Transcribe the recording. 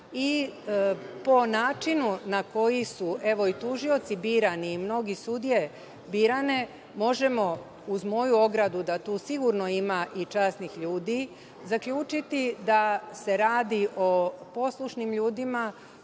i po načinu na koji su, evo i tužioci, birani, mnoge sudije birane, možemo, uz moju ogradu da tu sigurno ima i časnih ljudi, zaključiti da se radi o poslušnim ljudima